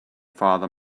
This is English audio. father